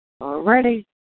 Already